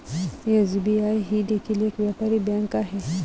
SBI ही देखील एक व्यापारी बँक आहे